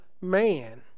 man